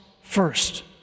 first